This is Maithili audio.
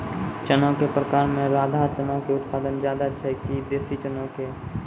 चना के प्रकार मे राधा चना के उत्पादन ज्यादा छै कि देसी चना के?